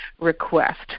request